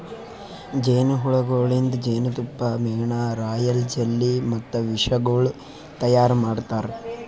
ಜೇನು ಹುಳಗೊಳಿಂದ್ ಜೇನತುಪ್ಪ, ಮೇಣ, ರಾಯಲ್ ಜೆಲ್ಲಿ ಮತ್ತ ವಿಷಗೊಳ್ ತೈಯಾರ್ ಮಾಡ್ತಾರ